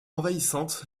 envahissante